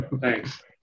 Thanks